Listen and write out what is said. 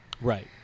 Right